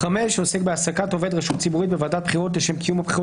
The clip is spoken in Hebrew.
העסקת עובד רשות ציבורית בוועדת בחירות לשם קיום הבחירות